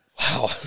Wow